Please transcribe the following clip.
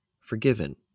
forgiven